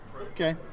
Okay